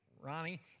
ronnie